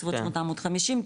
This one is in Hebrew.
בסביבות 850,